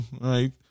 right